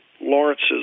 Lawrence's